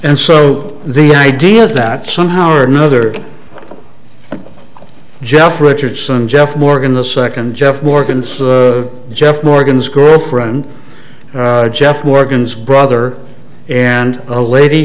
and so the idea that somehow or another jeff richardson jeff morgan the second jeff morgan's jeff morgan's girlfriend jeff morgan's brother and a lady